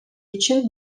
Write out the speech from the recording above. için